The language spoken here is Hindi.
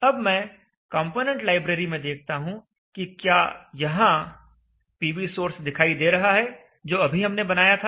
अब मैं कॉम्पोनेंट लाइब्रेरी में देखता हूं कि क्या यहां PVsource दिखाई दे रहा है जो अभी हमने बनाया था